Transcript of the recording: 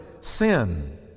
sin